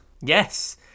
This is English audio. Yes